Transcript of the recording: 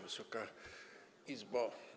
Wysoka Izbo!